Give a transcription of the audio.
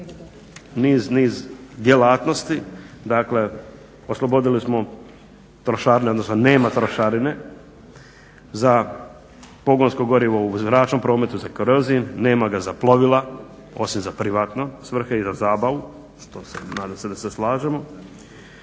niz djelatnosti. Dakle, oslobodili smo trošarine, odnosno nema trošarine za pogonsko gorivo u zračnom prometu za kerozin. Nema ga za plovila, osim za privatne svrhe i za zabavu što se nadam se da se slažemo.